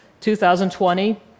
2020